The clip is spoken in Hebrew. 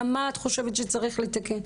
גם מה את חושבת שצריך לתקן.